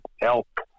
elk